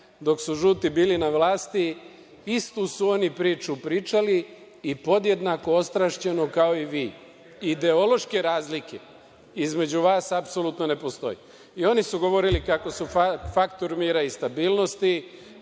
dok su žuti bili na vlasti, istu su oni priču pričali, i podjednako ostrašćeno kao i vi. Ideološke razlike između vas apsolutno ne postoje. I oni su govorili kako su faktor mira i stabilnosti,